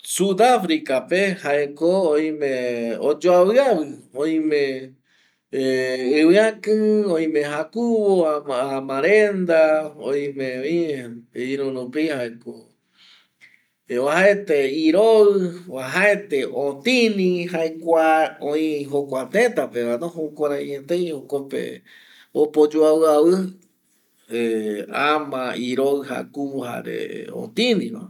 Sudafrica pe jae ko oime oyuaviavai oime ˂hesitation˃ iviaki oime jakuvo amarenda oime vi irurupi jaeko uajaete iroi uajaete otini jae kua oi jokua teta pe va, jukurei etei jokope opa oyuaviavi ˂hesitation˃ ama, iroi, jakuvo jare otiniva